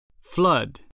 Flood